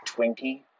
Twinkie